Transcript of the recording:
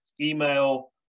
email